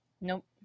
Nope